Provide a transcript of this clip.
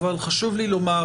אבל חשוב לי לומר